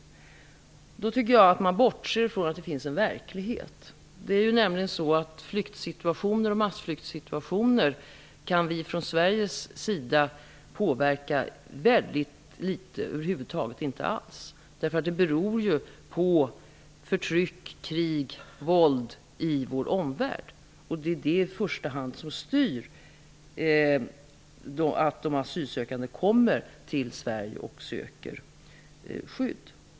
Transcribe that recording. Jag tycker att de bortser från att det finns en verklighet. Massflyktsituationer kan vi påverka väldigt litet eller över huvud taget inte alls från Sveriges sida. De beror på förtryck, krig och våld i vår omvärld. Det är i första hand detta som styr i vilken omfattning det kommer asylsökande till Sverige.